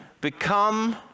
become